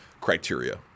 criteria